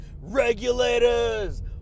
regulators